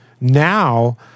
Now